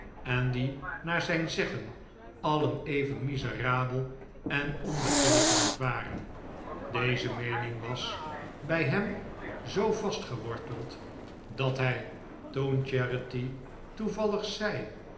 en die naar zijn zeggen alien even miserabel en onbeteekenend waren deze meening was bij hem zoo vastgeworteld dat hij toen charity toevallig zei